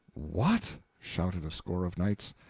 what! shouted a score of knights.